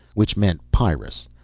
which meant pyrrus.